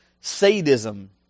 sadism